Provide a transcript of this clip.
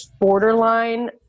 borderline